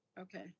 Okay